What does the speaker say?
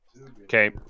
Okay